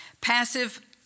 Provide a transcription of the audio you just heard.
Passive